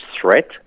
threat